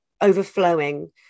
overflowing